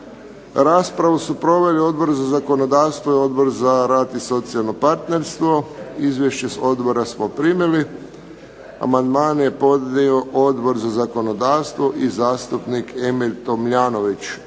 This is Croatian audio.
Raspravu su proveli Odbor za zakonodavstvo, i Odbor za rad i socijalno partnerstvo. Izvješće odbora smo primili. Amandman je podnio Odbor za zakonodavstvo i zastupnik Emil Tomljanović.